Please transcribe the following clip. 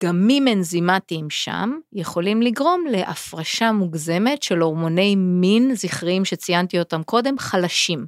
גם אם אין זימטיים שם יכולים לגרום להפרשה מוגזמת של הורמוני מין זכריים שציינתי אותם קודם חלשים.